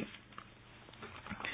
cricket क्रीडा